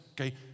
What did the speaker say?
okay